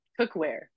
cookware